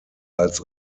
als